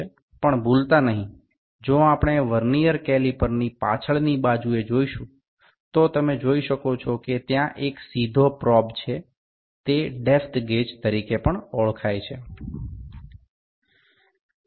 এটি কখনো ভুলে যাবেন না যে যদি আমরা ভার্নিয়ার ক্যালিপার এর পিছনের দিকটি দেখি তবে আপনি দেখতে পাচ্ছেন যে একটি সোজা শলা রয়েছে এটি গভীরতা মাপক হিসাবেও পরিচিত